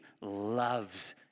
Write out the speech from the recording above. loves